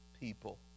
people